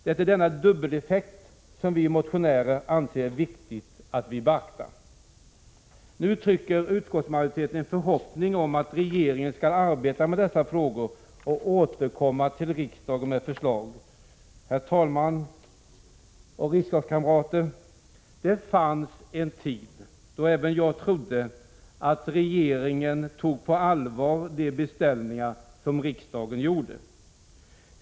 Det är denna dubbeleffekt som vi motionärer anser det viktigt att beakta. Nu uttrycker utskottsmajoriteten en förhoppning om att regeringen skall arbeta med dessa frågor och återkomma till riksdagen med förslag. Herr talman och riksdagskamrater! Det fanns en tid då även jag trodde att regeringen tog på allvar de beställningar som riksdagen gjorde.